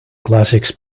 classics